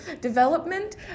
Development